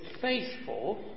faithful